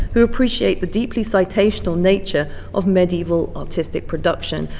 who appreciate the deeply citational nature of medieval artistic production,